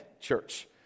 church